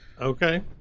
okay